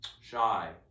shy